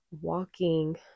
walking